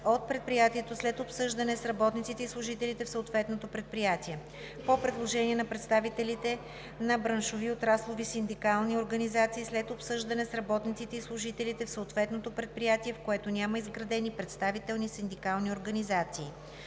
от предприятието след обсъждане с работниците и служителите в съответното предприятие. По предложение на представителите на браншови/отраслови синдикални организации след обсъждане с работниците и служителите в съответното предприятие, в което няма изградени представителни синдикални организации.